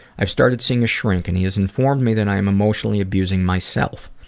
i started seeing a shrink and he has informed me that i'm emotionally abusing myself.